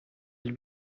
will